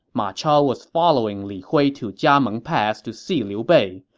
ma chao was following li hui to jiameng pass to see liu bei,